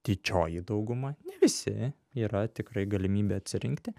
didžioji dauguma ne visi yra tikrai galimybė atsirinkti